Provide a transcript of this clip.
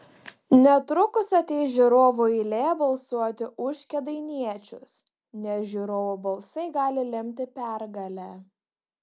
netrukus ateis žiūrovų eilė balsuoti už kėdainiečius nes žiūrovų balsai gali lemti pergalę